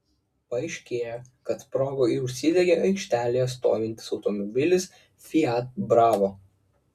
paaiškėjo kad sprogo ir užsidegė aikštelėje stovintis automobilis fiat bravo